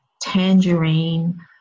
tangerine